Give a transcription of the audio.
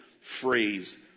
phrase